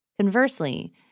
Conversely